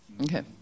Okay